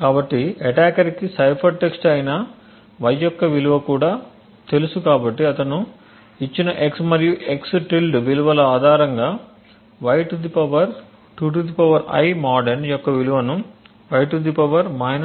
కాబట్టి అటాకర్కి cipher text అయిన y యొక్క విలువ కూడా తెలుసు కాబట్టి అతను ఇచ్చిన x మరియు x విలువల ఆధారంగా y 2 I mod n యొక్క విలువ y 2 I